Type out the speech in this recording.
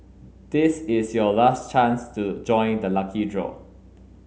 this is your last chance to join the lucky draw